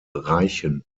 reichen